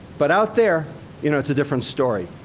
but out there you know it's a different story.